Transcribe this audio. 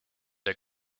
den